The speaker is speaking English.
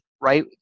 right